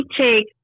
take